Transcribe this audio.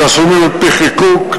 תשלומים על-פי חיקוק,